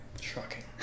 Shocking